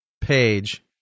page